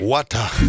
Water